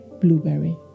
Blueberry